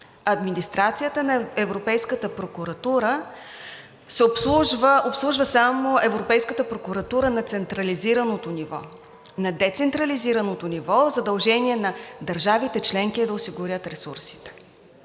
Администрацията на Европейската прокуратура обслужва само Европейската прокуратура на централизирано ниво. На децентрализирано ниво задължение на държавите членки е да осигурят ресурсите.